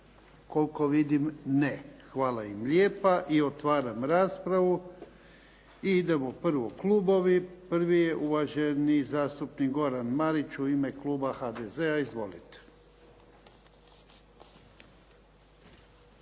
Koliko vidim ne. Hvala im lijepa. I otvaram raspravu. I idemo prvo klubovi. Prvi je uvaženi zastupnik Goran Marić u ime kluba HDZ-a. Izvolite.